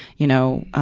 you know,